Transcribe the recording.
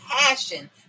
passion